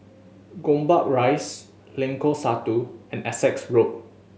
Gombak Rise Lengkok Satu and Essex Road